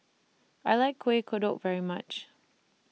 I like Kuih Kodok very much